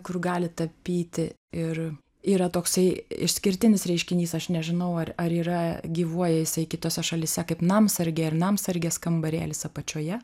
kur gali tapyti ir yra toksai išskirtinis reiškinys aš nežinau ar ar yra gyvuoja jisai kitose šalyse kaip namsargė ar namsargės kambarėlis apačioje